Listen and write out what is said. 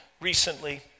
recently